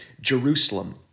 Jerusalem